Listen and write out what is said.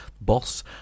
boss